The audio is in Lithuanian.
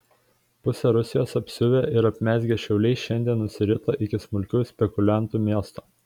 pusę rusijos apsiuvę ir apmezgę šiauliai šiandien nusirito iki smulkių spekuliantų miesto